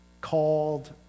called